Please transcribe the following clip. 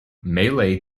malay